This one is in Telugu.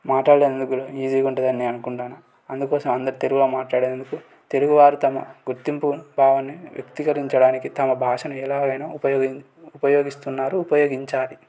మాట్లాడేందుకు కూడా ఈజీగా ఉంటదని నేను అనుకుంటాన్నాను అందుకోసమే అందరూ తెలుగుల మాట్లాడేందుకు తెలుగు వారు తమ గుర్తింపు భావాన్ని వ్యక్తీకరించడానికి తమ భాషని ఎలాగైనా ఉపయో ఉపయోగిస్తున్నారు ఉపయోగించాలి